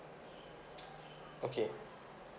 okay